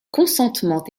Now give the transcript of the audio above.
consentement